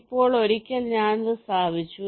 ഇപ്പോൾ ഒരിക്കൽ ഞാൻ അത് സ്ഥാപിച്ചു